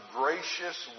gracious